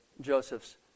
Joseph's